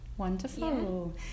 Wonderful